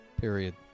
period